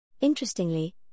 Interestingly